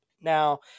now